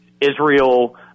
Israel